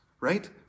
right